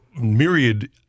myriad